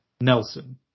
Nelson